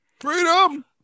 freedom